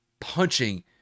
punching